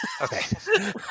Okay